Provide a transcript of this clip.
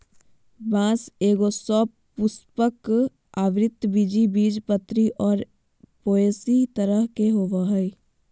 बाँस एगो सपुष्पक, आवृतबीजी, बीजपत्री और पोएसी तरह के होबो हइ